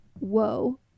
Whoa